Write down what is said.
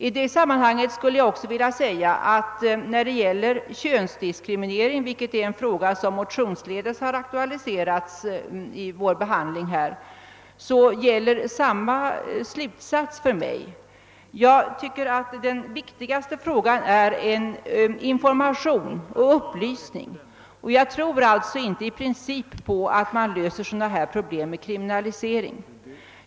I detta sammanhang skulle jag också vilja framhålla att jag gör samma reflexion när det gäller könsdiskriminering — en fråga som aktualiserats motionsledes vid behandling av föreliggande ärende.